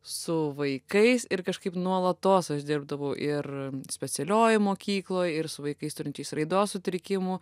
su vaikais ir kažkaip nuolatos aš dirbdavau ir specialiojoj mokykloj ir su vaikais turinčiais raidos sutrikimų